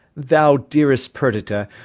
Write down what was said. thou dearest perdita,